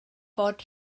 fod